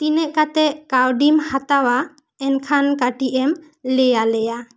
ᱛᱤᱱᱟᱹᱜ ᱠᱟᱛᱮᱜ ᱠᱟᱹᱣᱰᱤᱢ ᱦᱟᱛᱟᱣᱟ ᱮᱱᱠᱷᱟᱱ ᱠᱟᱹᱴᱤᱡ ᱮᱢ ᱞᱟᱹᱭ ᱟᱞᱮᱭᱟ